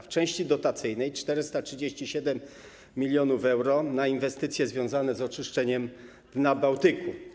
W części dotacyjnej to 437 mld euro na inwestycje związane z oczyszczeniem dna Bałtyku.